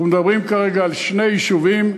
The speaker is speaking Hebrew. אנחנו מדברים כרגע על שני יישובים.